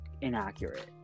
inaccurate